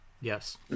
Yes